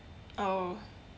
oh